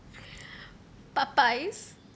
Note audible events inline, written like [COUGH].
[BREATH] Popeyes